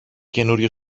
καινούριο